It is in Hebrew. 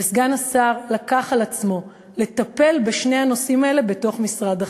וסגן השר לקח על עצמו לטפל בשני הנושאים האלה בתוך משרד החינוך.